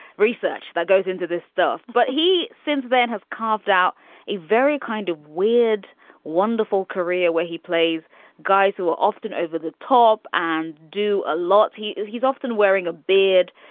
research that goes into this stuff. but he since then has carved out a very kind of weird wonderful career where he plays guys who are often over the top and do a lot. he is he's often wearing a beard.